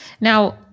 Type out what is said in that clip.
Now